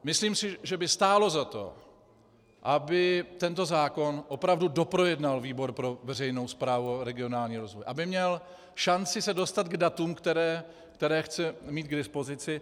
Myslím si, že by stálo za to, aby tento zákon opravdu doprojednal výbor pro veřejnou správu a regionální rozvoj, aby měl šanci dostat se k datům, která chce mít k dispozici.